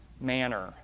manner